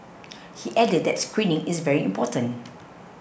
he added that screening is very important